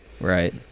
Right